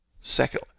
Second